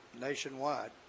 Nationwide